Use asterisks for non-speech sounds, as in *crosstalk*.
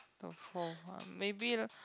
*noise* maybe lah